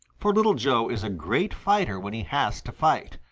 for little joe is a great fighter when he has to fight.